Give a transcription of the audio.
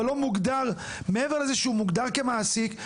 אבל זה נגמר בכך שהוא מוגדר כמעסיק.